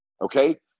Okay